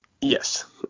Yes